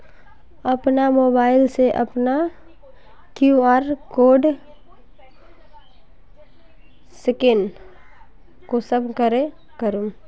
अपना मोबाईल से अपना कियु.आर कोड स्कैन कुंसम करे करूम?